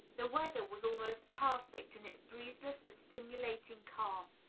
the weather was almost perfect in its breezeless but stimulating calm.